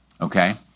okay